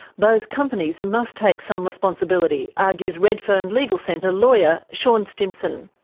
those companies must take some responsibility, argues redfern legal centre lawyer sean stimson.